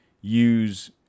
use